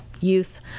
youth